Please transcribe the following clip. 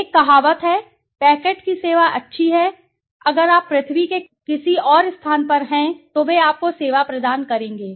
एक कहावत है पैकेट की सेवा अच्छी है कि अगर आप पृथ्वी के किसी ओर स्थान पर हैं तो वे आपको सेवा प्रदान करेंगे